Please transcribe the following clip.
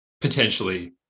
potentially